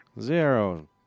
Zero